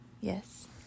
Yes